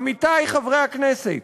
עמיתי חברי הכנסת,